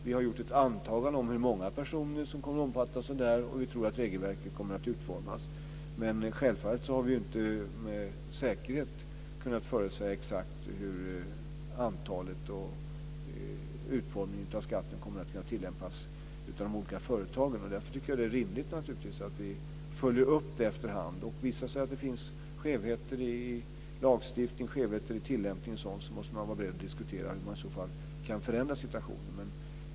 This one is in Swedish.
Vi har gjort ett antagande om hur många personer som kommer att omfattas av detta och hur vi tror att regelverket kommer att utformas, men självfallet har vi inte med säkerhet kunnat förutsäga det exakta antalet och hur utformningen av skatten kommer att tillämpas av de olika företagen. Därför tycker jag att det är rimligt att vi följer upp detta efterhand. Visar det sig att det finns skevheter i lagstiftningen eller tillämpningen måste man vara beredd att diskutera hur man i så fall kan förändra situationen.